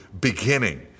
beginning